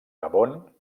gabon